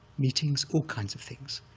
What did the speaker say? meetings, all kinds of things.